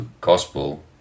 gospel